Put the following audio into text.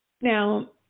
Now